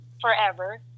forever